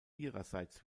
ihrerseits